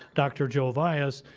dr. joe avias,